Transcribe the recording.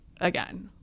again